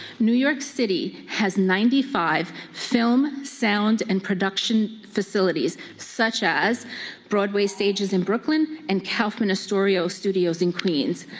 new york city has ninety five film, sound, and production facilities such as broadway stages in brooklyn, and kaufman astoria studios in queens.